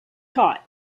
taught